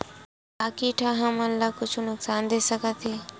का कीट ह हमन ला कुछु नुकसान दे सकत हे?